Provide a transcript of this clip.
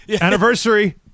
anniversary